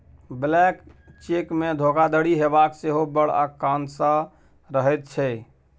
blank चेकमे धोखाधड़ी हेबाक सेहो बड़ आशंका रहैत छै